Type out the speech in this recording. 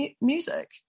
music